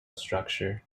structure